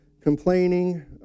complaining